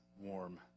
warm